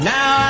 Now